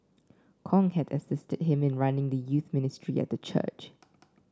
Kong had assisted him in running the youth ministry at the church